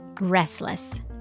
restless